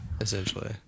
essentially